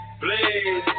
Please